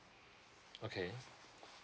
okay